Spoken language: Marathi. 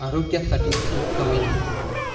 आरोग्यासाठी कुठे कमी नाही पडला